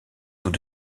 tout